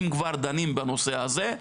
אם כבר דנים בנושא הזה,